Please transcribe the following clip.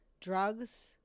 Drugs